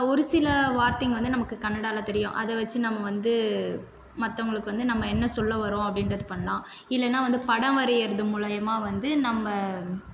ஒரு சில வார்த்தைங்கள் வந்து நமக்கு கன்னடாவில தெரியும் அதை வச்சு நாம வந்து மற்றவங்களுக்கு வந்து நாம என்ன சொல்ல வரோம் அப்படின்றது பண்ணலாம் இல்லைனா வந்து படம் வரையிறது மூலையமாக வந்து நம்ம